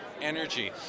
energy